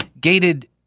gated